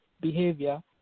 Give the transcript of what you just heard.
behavior